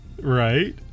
Right